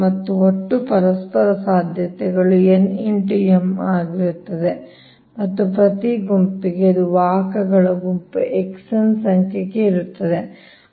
ಮತ್ತು ಒಟ್ಟು ಪರಸ್ಪರ ಸಾಧ್ಯತೆಗಳು n x m ಆಗಿರುತ್ತದೆ ಮತ್ತು ಪ್ರತಿ ಗುಂಪಿಗೆ ಇದು ವಾಹಕಗಳ ಗುಂಪು xn ಸಂಖ್ಯೆಗೆ ಇರುತ್ತದೆ